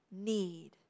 need